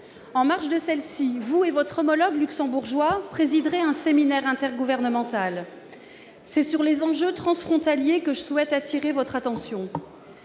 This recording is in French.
En marge de celle-ci, M. le Premier ministre et son homologue luxembourgeois présideront un séminaire intergouvernemental. C'est sur les enjeux transfrontaliers que je souhaite attirer l'attention